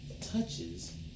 touches